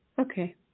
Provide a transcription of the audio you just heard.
Okay